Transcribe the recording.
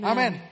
Amen